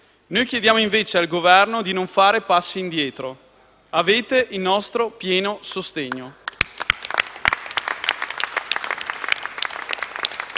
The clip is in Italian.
Noi chiediamo invece al Governo di non fare passi indietro: avete il nostro pieno sostegno.